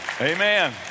amen